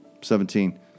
Seventeen